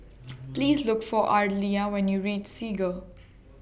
Please Look For Ardelia when YOU REACH Segar